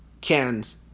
cans